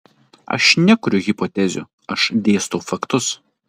aš nekuriu hipotezių aš dėstau faktus